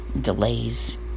delays